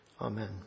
Amen